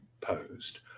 posed